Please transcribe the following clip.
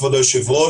כבוד היושב-ראש,